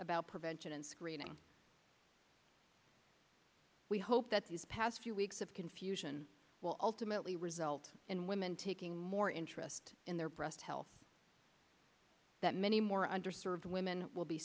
about prevention and screening we hope that these past few weeks of confusion will ultimately result in women taking more interest in their breast health that many more under served women will be